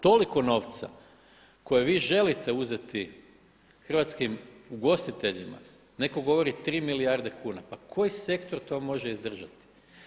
Toliko novca koje vi želite uzeti hrvatskim ugostiteljima, neko govori 3 milijarde kuna, pa koji sektor to može izdržati?